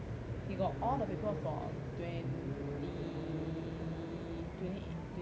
he got all the paper from twenty twenty eight twenty O eight